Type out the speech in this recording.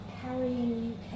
carrying